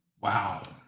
Wow